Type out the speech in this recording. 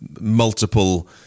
multiple